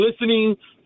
listening